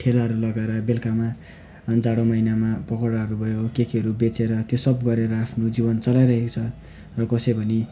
ठेलाहरू लगाएर बेलुकामा अनि जाडो महिनामा पकौडाहरू भयो के केहरू बेचेर त्यो सब गरेर आफ्नो जीवन चलाइरहेको छ र कसै भने